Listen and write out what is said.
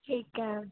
ਠੀਕ ਹੈ